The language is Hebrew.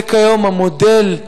זה כיום המודל,